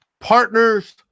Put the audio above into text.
partners